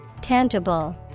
tangible